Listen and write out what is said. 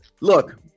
Look